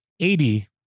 80